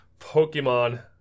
Pokemon